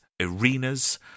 arenas